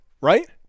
right